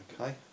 Okay